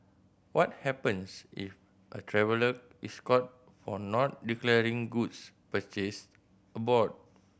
what happens if a traveller is caught for not declaring goods purchased abroad